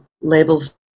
Labels